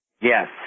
Yes